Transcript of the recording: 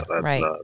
right